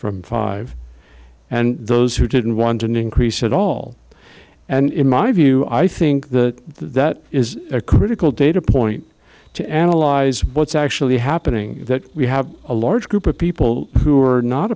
from five and those who didn't want an increase at all and in my view i think that that is a critical data point to analyze what's actually happening that we have a large group of people who are not